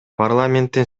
парламенттин